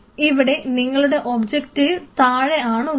ഇവിടെ നിങ്ങളുടെ ഒബ്ജക്റ്റീവ് താഴെ ആണുള്ളത്